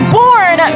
born